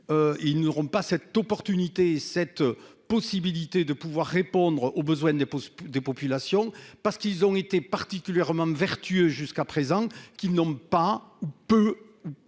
ils n'auront pas cette opportunité, cette possibilité de pouvoir répondre aux besoins des des populations parce qu'ils ont été particulièrement vertueux jusqu'à présent, qui n'ont pas ou peu